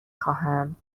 خواهم